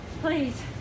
Please